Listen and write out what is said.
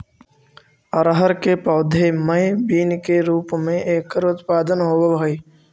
अरहर के पौधे मैं बीन के रूप में एकर उत्पादन होवअ हई